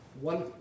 one